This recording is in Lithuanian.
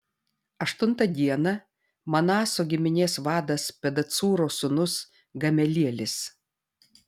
aštuntą dieną manaso giminės vadas pedacūro sūnus gamelielis